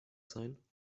sein